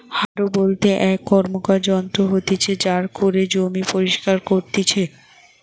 হারও বলতে এক র্কমকার যন্ত্র হতিছে জারি করে জমি পরিস্কার করতিছে